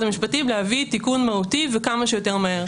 המשפטים להביא תיקון מהותי וכמה שיותר מהר,